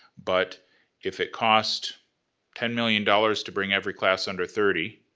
but if it costs ten million dollars to bring every class under thirty,